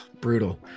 brutal